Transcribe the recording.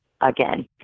again